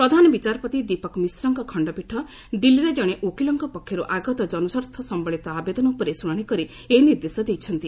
ପ୍ରଧାନ ବିଚାରପତି ଦୀପକ ମିଶ୍ରଙ୍କ ଖଣ୍ଡପୀଠ ଦିଲ୍ଲୀର ଜଣେ ଓକିଲଙ୍କ ପକ୍ଷର୍ ଆଗତ ଜନସ୍ୱାର୍ଥ ସମ୍ଭଳିତ ଆବେଦନ ଉପରେ ଶ୍ରଣାଣି କରି ଏହି ନିର୍ଦ୍ଦେଶ ଦେଇଛନ୍ତି